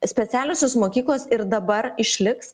specialiosios mokyklos ir dabar išliks